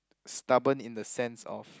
stubborn in the sense of